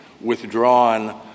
withdrawn